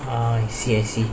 I see I see